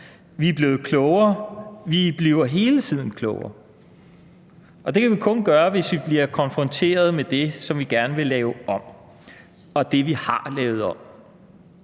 Vi er blevet klogere, vi bliver hele tiden klogere, og det kan vi kun gøre, hvis vi bliver konfronteret med det, som vi gerne vil lave om, og det, vi har lavet om.